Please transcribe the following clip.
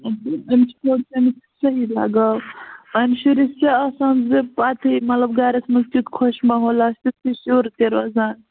أمِس چھِ تھوڑا أمِس صحیح لگاو اَمہِ شُرِس چھُ آسان زِ پَتٕے مطلب گَرَس منٛز تیُتھ خۄش ماحول آسہِ تیُتھ تہِ شُر تہِ روزان